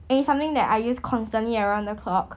and it's something that I use constantly around the clock